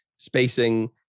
spacing